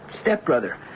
stepbrother